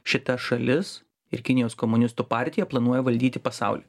šita šalis ir kinijos komunistų partija planuoja valdyti pasaulį